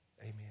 amen